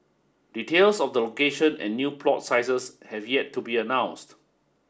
details of the location and new plot sizes have yet to be announced